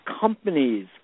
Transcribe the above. companies